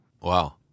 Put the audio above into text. Wow